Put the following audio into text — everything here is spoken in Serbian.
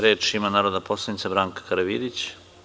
Reč ima narodna poslanica Branka Karavidić.